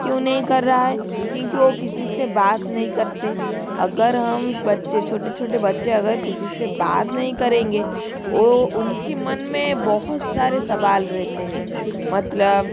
क्यों नहीं कर रहा है क्योंकि वो किसी से बात नहीं करते अगर हम बच्चे छोटे छोटे बच्चे अगर किसी से बात नहीं करेंगे वो उनके मन में बहुत सारे सवाल रहते हैं मतलब